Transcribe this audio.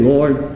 Lord